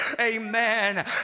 amen